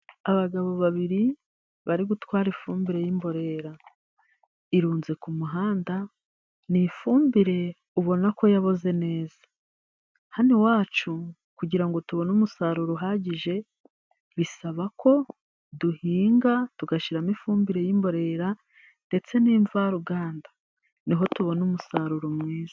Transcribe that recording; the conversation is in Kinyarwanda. Abagabo babiri bari gutwara ifumbire y'imborera ,irunze ku muhanda ni ifumbire ubona ko yaboze neza, hano iwacu kugira ngo tubone umusaruro uhagije bisaba ko duhinga tugashiramo ifumbire y'imborera ndetse n'imvaruganda niho tubona umusaruro mwiza.